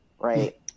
right